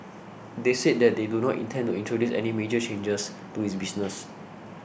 they said that they do not intend to introduce any major changes to its business